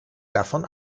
davon